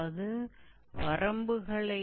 और यह हो जाएगा